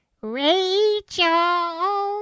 Rachel